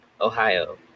Ohio